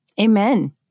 Amen